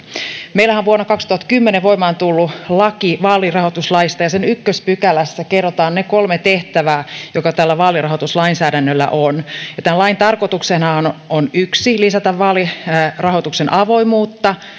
meillähän on vuonna kaksituhattakymmenen voimaan tullut laki vaalirahoituslaista ja sen ensimmäisessä pykälässä kerrotaan ne kolme tehtävää jotka tällä vaalirahoituslainsäädännöllä on tämän lain ensimmäisenä tarkoituksena on on lisätä vaalirahoituksen avoimuutta